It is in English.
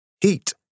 heat